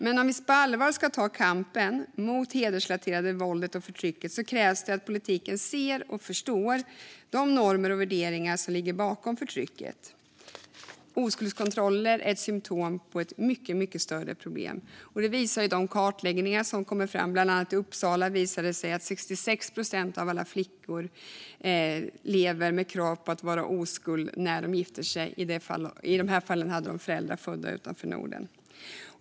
Men om vi på allvar ska ta kampen mot det hedersrelaterade våldet och förtrycket krävs det att politiken ser och förstår de normer och värderingar som ligger bakom förtrycket. Oskuldskontroller är ett symtom på ett mycket större problem. Det visar de kartläggningar som gjorts, bland annat i Uppsala. Där visade det sig i en kartläggning att 66 procent av flickorna levde med krav på att vara oskuld när de gifter sig. I detta fall hade de föräldrar födda utanför Norden.